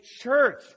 church